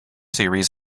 series